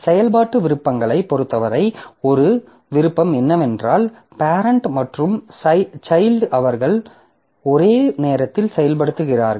செயல்பாட்டு விருப்பங்களைப் பொறுத்தவரை ஒரு விருப்பம் என்னவென்றால் பேரெண்ட் மற்றும் சைல்ட் அவர்கள் ஒரே நேரத்தில் செயல்படுத்துகிறார்கள்